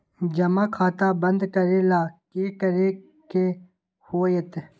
जमा खाता बंद करे ला की करे के होएत?